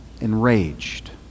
enraged